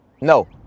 No